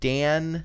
Dan